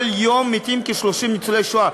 כל יום מתים כ-30 ניצולי שואה.